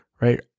right